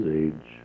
age